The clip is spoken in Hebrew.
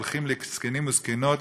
הולכים לזקנים וזקנות,